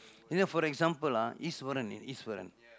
you know for example ah Iswaran Iswaran